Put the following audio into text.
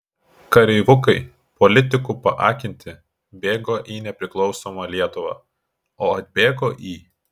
kareivukai politikų paakinti bėgo į nepriklausomą lietuvą o atbėgo į